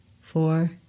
four